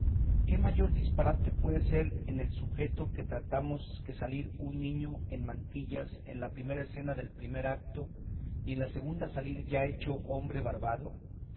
qué mayor disparate puede ser en el sujeto que tratamos que salir un niño en mantillas en la primera cena del primer acto y en la segunda salir ya hecho hombre barbado